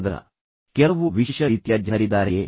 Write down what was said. ತದನಂತರ ಒತ್ತಡಕ್ಕೆ ಒಳಗಾಗದ ಕೆಲವು ವಿಶೇಷ ರೀತಿಯ ಜನರಿದ್ದಾರೆಯೇ